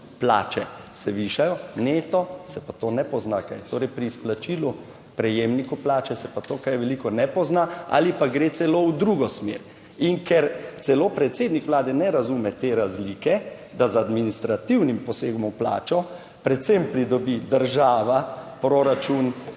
plače se višajo, neto se pa to ne pozna kaj, torej pri izplačilu prejemnikov plače se pa to kaj veliko ne pozna ali pa gre celo v drugo smer. In ker celo predsednik Vlade ne razume te razlike, da z administrativnim posegom v plačo predvsem pridobi država proračun